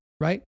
right